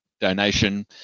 donation